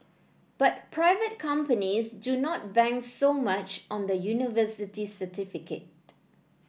but private companies do not bank so much on the university certificate